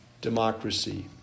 democracy